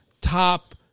top